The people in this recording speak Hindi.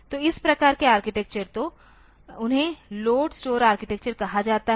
तो इस प्रकार की आर्किटेक्चर तो उन्हें लोड स्टोर आर्किटेक्चर कहा जाता है